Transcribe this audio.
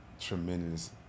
tremendous